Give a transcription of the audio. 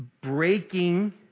breaking